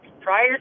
Prior